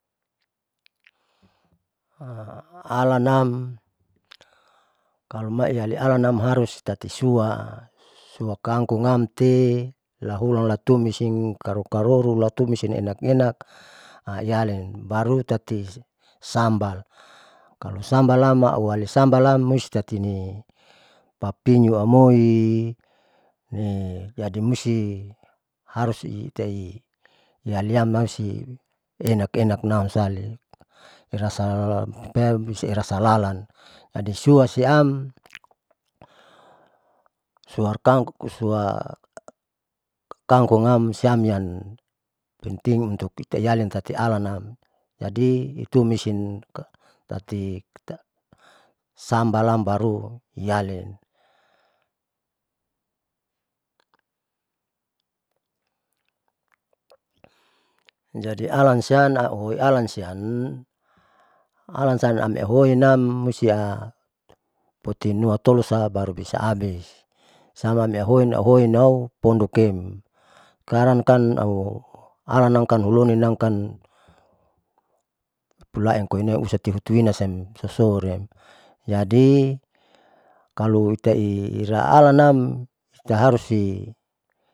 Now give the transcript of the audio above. alanam kaloma iali alanam harus tati sua, sua kangkong amte lahulan latumis karoro karoro latumiste enak enak ialin baru tati sambal kalo sambal am ualisambalam mustitatini papinyo amoi jadi musti harus teitaiei ialiam enak enak nahun sali irasan irasa lalan jadi sua siam suar kangkong suar kangkong amsiamnam penting untuk pitaialin tati aulanam, jadi tumisin tatisambalam baru niali jadi alan sian auhoi alan siam alan san amiahuoinam mustisoa putunimatolu baru bisa abis sam auhinoi hianoi nau pondok em sakarang tam au alanam kan huloninamkan pilaikoine husatu utunima sansasori jadi kalo itai itaiaranam itaharusti.